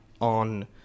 on